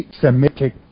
Semitic